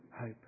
hope